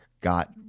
got